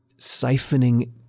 siphoning